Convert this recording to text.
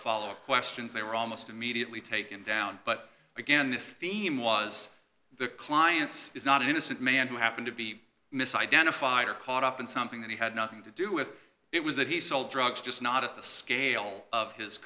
follow up questions they were almost immediately taken down but again this theme was the client's is not an innocent man who happened to be misidentified or caught up in something that he had nothing to do with it was that he sold drugs just not at the scale of his